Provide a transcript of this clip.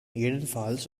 jedenfalls